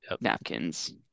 napkins